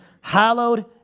Hallowed